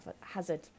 hazard